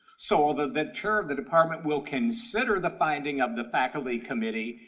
so ah the the chair of the department will consider the finding of the faculty committee,